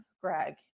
Greg